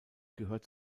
gehört